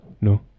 no